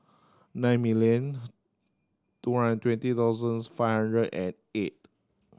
nine million two hundred twenty thousands five hundred and eight